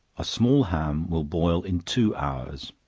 a small ham will boil in two hours.